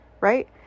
right